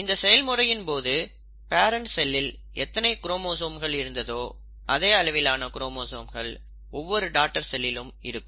இந்த செயல்முறையின் பொழுது பேரன்ட் செல்லில் எத்தனை குரோமோசோம்கள் இருந்ததோ அதே அளவிலான குரோமோசோம்கள் ஒவ்வொரு டாடர் செல்லிலும் இருக்கும்